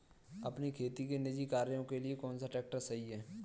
अपने खेती के निजी कार्यों के लिए कौन सा ट्रैक्टर सही है?